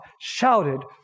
shouted